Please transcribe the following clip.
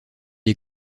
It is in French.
est